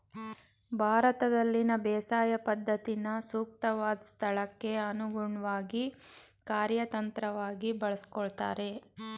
ಭಾರತದಲ್ಲಿನ ಬೇಸಾಯ ಪದ್ಧತಿನ ಸೂಕ್ತವಾದ್ ಸ್ಥಳಕ್ಕೆ ಅನುಗುಣ್ವಾಗಿ ಕಾರ್ಯತಂತ್ರವಾಗಿ ಬಳಸ್ಕೊಳ್ತಾರೆ